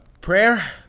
prayer